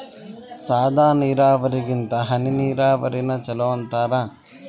ಸಾದ ನೀರಾವರಿಗಿಂತ ಹನಿ ನೀರಾವರಿನ ಚಲೋ ಅಂತಾರ